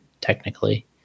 technically